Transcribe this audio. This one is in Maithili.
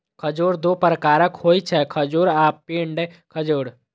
खजूर दू प्रकारक होइ छै, खजूर आ पिंड खजूर